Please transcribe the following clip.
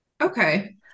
Okay